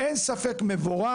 אין ספק, מבורך.